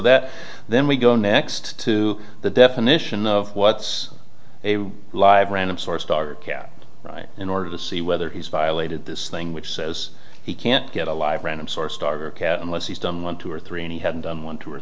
that then we go next to the definition of what's a live random source dog or cat in order to see whether he's violated this thing which says he can't get a live random source starve or a cat unless he's done one two or three and he hadn't done one two or